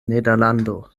nederlando